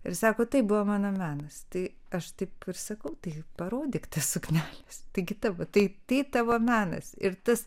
ir sako tai buvo mano menas tai aš taip sakau tai parodyk tas sukneles taigi tavo taip tai tavo menas ir tas